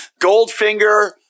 Goldfinger